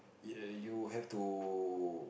ya you have to